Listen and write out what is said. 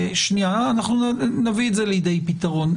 אנחנו נביא את זה לידי פתרון.